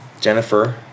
Jennifer